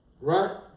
Right